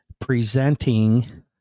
presenting